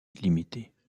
limitées